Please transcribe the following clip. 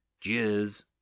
Cheers